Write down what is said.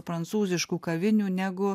prancūziškų kavinių negu